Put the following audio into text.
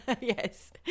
Yes